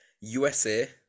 USA